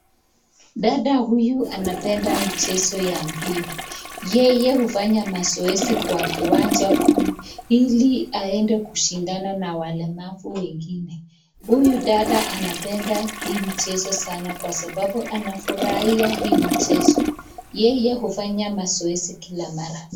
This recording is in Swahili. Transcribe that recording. Dada huyu anapenda mchezo ya mbio yeye hufanya mazoezi kwa kiwanja kuu ili aende kushindana na walemavu wengine. Huyu dada anapenda hii mchezo sana kwa sababu anafurahia hii mchezo yeye hufanya mazoezi kila mara.